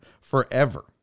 forever